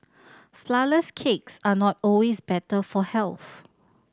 flourless cakes are not always better for health